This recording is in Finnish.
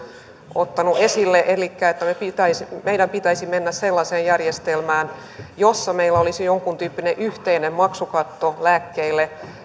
ottanut esille elikkä että meidän pitäisi mennä sellaiseen järjestelmään jossa meillä olisi jonkuntyyppinen yhteinen maksukatto lääkkeille